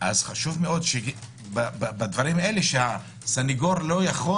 אז חשוב בדברים האלה שהסנגור לא יכול